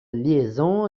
liaison